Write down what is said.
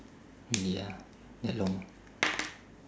really ah that long